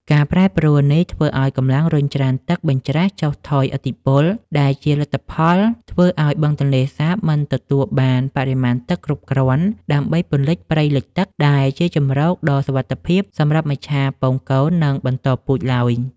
ការប្រែប្រួលនេះធ្វើឱ្យកម្លាំងរុញច្រានទឹកបញ្ច្រាសចុះថយឥទ្ធិពល ដែលជាលទ្ធផលធ្វើឱ្យបឹងទន្លេសាបមិនទទួលបានបរិមាណទឹកគ្រប់គ្រាន់ដើម្បីពន្លិចព្រៃលិចទឹក ដែលជាជម្រកដ៏សុវត្ថិភាពសម្រាប់មច្ឆជាតិពងកូន និងបន្តពូជឡើយ។